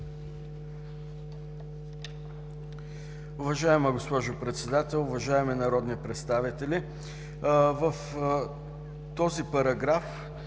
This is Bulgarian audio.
Уважаема госпожо Председател, уважаеми народни представители! В този параграф,